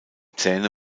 zähne